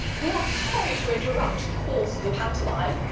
we are sorry to interrupt the course of the pantomime.